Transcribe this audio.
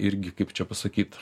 irgi kaip čia pasakyt